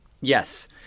Yes